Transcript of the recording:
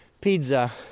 pizza